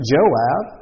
Joab